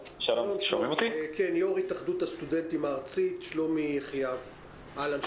יחיאב, יו"ר התאחדות הסטודנטים הארצית, אהלן.